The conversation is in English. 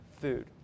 food